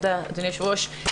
אדוני היושב-ראש,